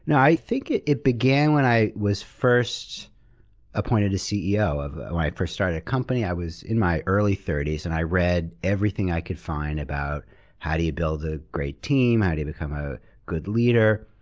and i think it it began when i was first appointed a ceo. when i first started a company i was in my early thirty s and i read everything i could find about how do you build a great team, how do you become a good leader,